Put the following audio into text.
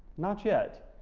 not yet.